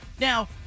Now